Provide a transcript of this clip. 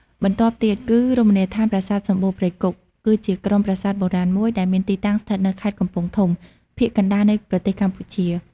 បន្ទាប់ទៀតគឺ រមណីយដ្ឋានប្រាសាទសំបូរព្រៃគុក គឺជាក្រុមប្រាសាទបុរាណមួយ ដែលមានទីតាំងស្ថិតនៅខេត្តកំពង់ធំ ភាគកណ្តាលនៃប្រទេសកម្ពុជា។